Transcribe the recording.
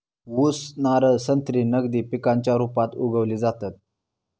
ऊस, नारळ, संत्री नगदी पिकांच्या रुपात उगवली जातत